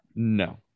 No